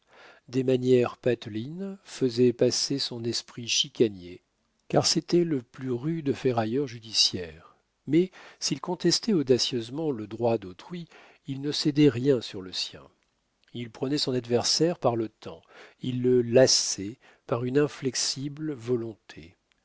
des manières patelines faisaient passer son esprit chicanier car c'était le plus rude ferrailleur judiciaire mais s'il contestait audacieusement le droit d'autrui il ne cédait rien sur le sien il prenait son adversaire par le temps il le lassait par une inflexible volonté